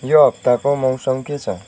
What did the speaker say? यो हप्ताको मौसम के छ